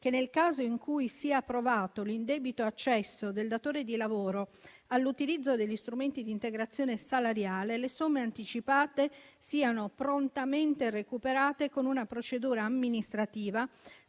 che, nel caso in cui sia provato l'indebito accesso del datore di lavoro all'utilizzo degli strumenti di integrazione salariale, le somme anticipate siano prontamente recuperate con una procedura amministrativa,